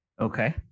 Okay